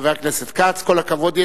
חבר הכנסת כץ, כל הכבוד.